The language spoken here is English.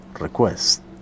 request